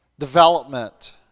Development